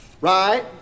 right